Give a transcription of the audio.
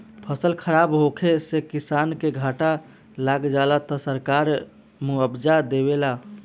फसल खराब होखे से किसान के घाटा लाग जाला त सरकार मुआबजा देवेला